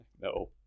No